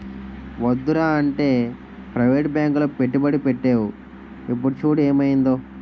వద్దురా అంటే ప్రవేటు బాంకులో పెట్టుబడి పెట్టేవు ఇప్పుడు చూడు ఏమయిందో